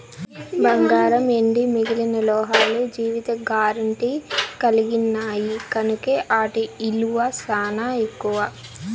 బంగారం, ఎండి మిగిలిన లోహాలు జీవిత గారెంటీ కలిగిన్నాయి కనుకే ఆటి ఇలువ సానా ఎక్కువ